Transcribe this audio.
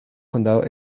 condado